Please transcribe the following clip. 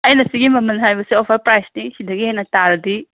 ꯑꯩꯅ ꯁꯤꯒꯤ ꯃꯃꯟ ꯍꯥꯏꯕꯗꯣ ꯑꯣꯐꯔ ꯄ꯭ꯔꯥꯏꯁꯅꯦ ꯑꯗꯒꯤ ꯍꯦꯟꯅ ꯇꯥꯔꯗꯤ